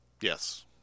Yes